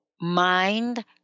mind